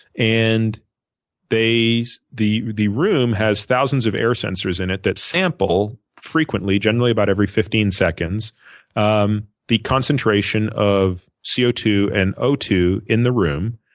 and the the room has thousands of air sensors in it that sample frequently generally about every fifteen seconds um the concentration of c o two and o two in the room,